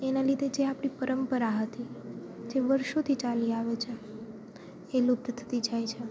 એના લીધે જે આપણી પરંપરા હતી જે વર્ષોથી ચાલી આવે છે એ લુપ્ત થતી જાય છે